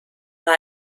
war